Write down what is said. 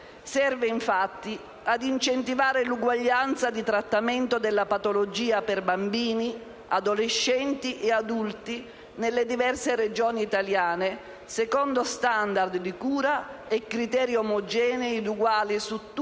serve infatti ad incentivare l'uguaglianza di trattamento della patologia per bambini, adolescenti e adulti nelle diverse Regioni italiane, secondo *standard* di cura e criteri omogenei ed uguali su tutto il